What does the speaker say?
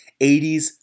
80s